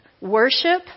worship